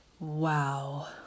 Wow